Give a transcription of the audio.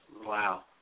Wow